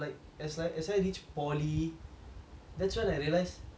that's when I realise a lot of people struggle to actually talk